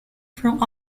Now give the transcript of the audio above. from